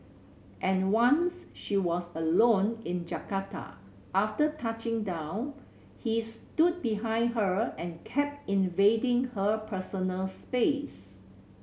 and once she was alone in Jakarta after touching down he stood behind her and kept invading her personal space